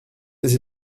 des